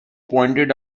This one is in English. pointed